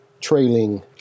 trailing